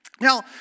Now